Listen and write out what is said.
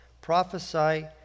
Prophesy